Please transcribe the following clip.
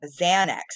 Xanax